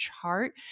chart